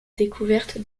découverte